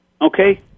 okay